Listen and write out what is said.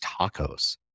TACOS